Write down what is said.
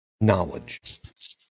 knowledge